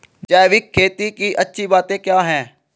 जैविक खेती की अच्छी बातें क्या हैं?